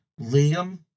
Liam